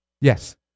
Yes